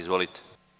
Izvolite.